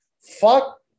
fuck